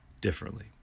differently